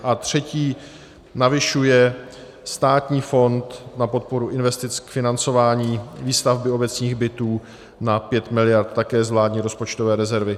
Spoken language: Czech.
A třetí navyšuje Státní fond na podporu investic k financování výstavby obecních bytů na 5 miliard, také z vládní rozpočtové rezervy.